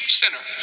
sinner